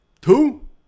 two